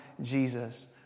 Jesus